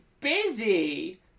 busy